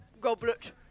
goblet